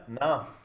no